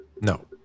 No